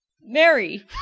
Mary